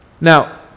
Now